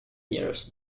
years